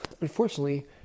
unfortunately